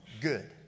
good